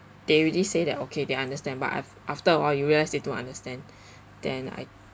they already say that okay they understand but af~ after a while you realise they don't understand then I